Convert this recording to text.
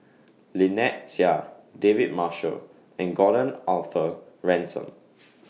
Lynnette Seah David Marshall and Gordon Arthur Ransome